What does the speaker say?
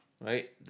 right